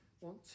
want